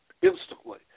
Instantly